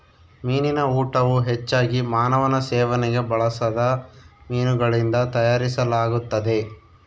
ಮೀನಿನ ಊಟವು ಹೆಚ್ಚಾಗಿ ಮಾನವನ ಸೇವನೆಗೆ ಬಳಸದ ಮೀನುಗಳಿಂದ ತಯಾರಿಸಲಾಗುತ್ತದೆ